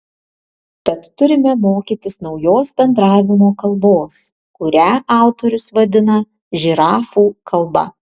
tad turime mokytis naujos bendravimo kalbos kurią autorius vadina žirafų kalba